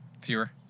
Fewer